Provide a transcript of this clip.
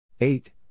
eight